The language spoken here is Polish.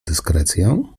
dyskrecję